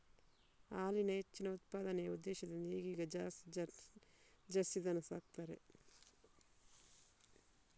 ಹಾಲಿನ ಹೆಚ್ಚಿನ ಉತ್ಪಾದನೆಯ ಉದ್ದೇಶದಿಂದ ಈಗೀಗ ಜಾಸ್ತಿ ಜರ್ಸಿ ದನ ಸಾಕ್ತಾರೆ